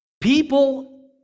People